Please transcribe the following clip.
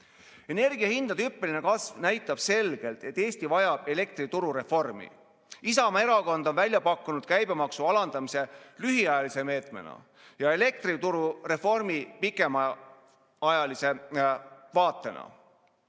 hinna hüppeline kasv näitab selgelt, et Eesti vajab elektrituru reformi. Isamaa Erakond on välja pakkunud käibemaksu alandamise lühiajalise meetmena ja elektrituru reformi pikemaajalisemas vaates.